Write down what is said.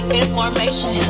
information